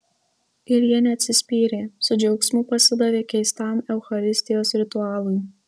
ir jie neatsispyrė su džiaugsmu pasidavė keistam eucharistijos ritualui